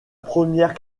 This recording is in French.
première